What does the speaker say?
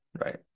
right